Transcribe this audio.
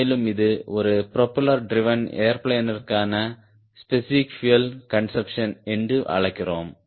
மேலும் இது ஒரு ப்ரொபெல்லர் ட்ரிவேன் ஏர்பிளேனிற்கான ஸ்பெசிபிக் பியூயல் கன்சம்ப்ஷன் என்று அழைக்கிறோம்